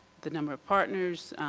the number of partners.